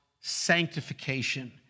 sanctification